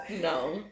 No